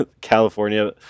California